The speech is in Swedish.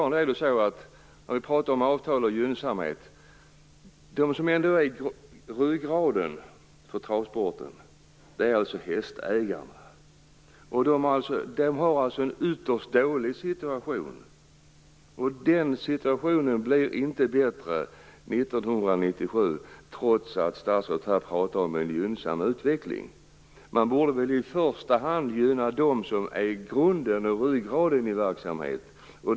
Vi pratar om avtal och att bli gynnad. Ryggraden för travsporten är fortfarande hästägarna. De har en ytterst dålig situation. Den situationen blir inte bättre 1997, trots att statsrådet pratar om en gynnsam utveckling. Man borde väl i första hand gynna dem som är grunden och ryggraden i verksamheten.